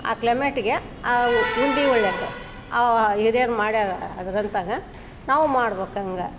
ಆ ಕ್ಲೈಮೆಟಿಗೆ ಆ ಉಂಡೆ ಒಳ್ಳೇದು ಹಿರಿಯರು ಮಾಡ್ಯಾರಲ್ಲ ಅದರಂತಾಗಿ ನಾವು ಮಾಡ್ಬೇಕಂಗ